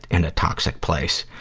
in a toxic place.